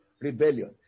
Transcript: rebellion